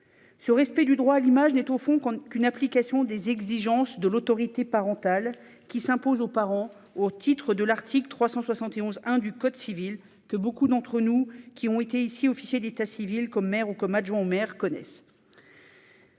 Le respect du droit à l'image n'est au fond qu'une application des exigences de l'autorité parentale qui s'imposent aux parents au titre de l'article 371-1 du code civil, que beaucoup de ceux qui, parmi nous, ont été officiers d'état civil comme maires ou adjoints au maire connaissent.